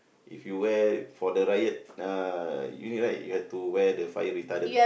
if you wear for the riot ah you need right you have to wear the fire retardant